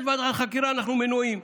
יש ועדת חקירה, אנחנו מנועים.